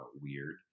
weird